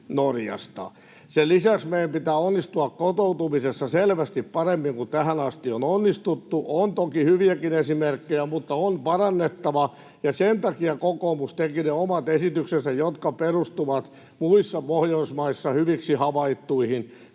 Sen lisäksi meidän pitää onnistua kotoutumisessa selvästi paremmin kuin tähän asti on onnistuttu. On toki hyviäkin esimerkkejä, mutta on parannettavaa, ja sen takia kokoomus teki ne omat esityksensä, jotka perustuvat muissa Pohjoismaissa hyviksi havaittuihin